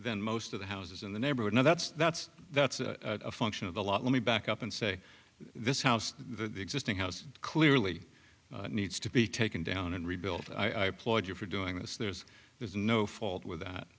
then most of the houses in the neighborhood and that's that's that's a function of the lot let me back up and say this house the existing house clearly needs to be taken down and rebuilt i applaud you for doing this there's there's no fault with